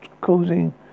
causing